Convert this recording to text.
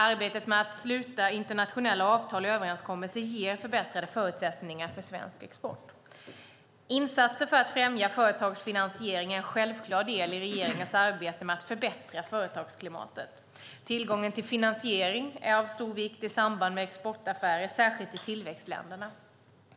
Arbetet med att sluta internationella avtal och överenskommelser ger förbättrade förutsättningar för svensk export. Insatser för att främja företags finansiering är en självklar del i regeringens arbete med att förbättra företagsklimatet. Tillgången till finansiering är av stor vikt i samband med exportaffärer, särskilt till tillväxtländerna.